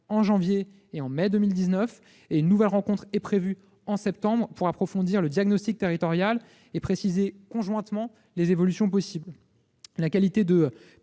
en janvier et en mai 2019, et une nouvelle rencontre est prévue en septembre pour approfondir le diagnostic territorial et préciser conjointement les évolutions possibles. La qualité de